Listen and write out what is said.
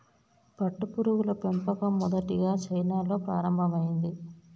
పట్టుపురుగుల పెంపకం మొదటిగా చైనాలో ప్రారంభమైంది